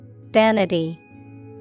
Vanity